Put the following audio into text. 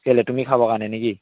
কেলৈ তুমি খাব কাৰণে নে কি